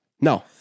No